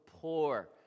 poor